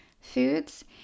foods